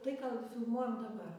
tai ką nufilmuojam dabar